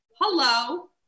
Hello